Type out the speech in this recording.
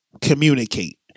communicate